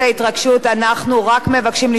אנחנו רק מבקשים לשמור על שקט.